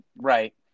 right